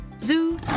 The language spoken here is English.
Zoo